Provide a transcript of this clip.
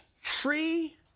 free